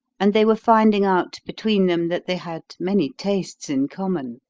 and they were finding out between them that they had many tastes in common.